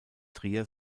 trier